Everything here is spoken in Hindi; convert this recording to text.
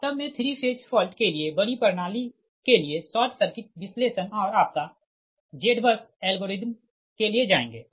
वास्तव मे 3 फेज फॉल्ट के लिए बड़ी प्रणाली के लिए शॉर्ट सर्किट विश्लेषण और आपका Z बस एल्गोरिदम के लिए जाएँगे